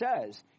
says